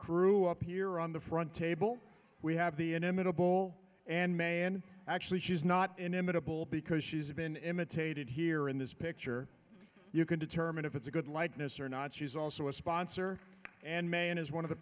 crew up here on the front table we have the inimitable and man actually she's not inimitable because she's been imitated here in this picture you can determine if it's a good likeness or not she's also a sponsor and man is one of the